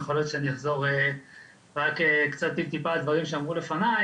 יכול להיות שאני אחזור מעט על דברים שאמרו לפניי,